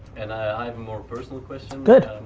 and i have a more personal question. good.